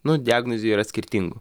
nu diagnozių yra skirtingų